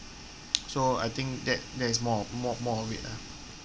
so I think that that is more more of it ah